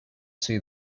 see